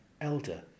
elder